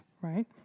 right